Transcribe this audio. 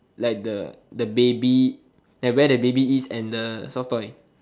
like the the baby like where the baby is and the soft toy